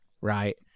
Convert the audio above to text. Right